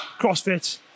CrossFit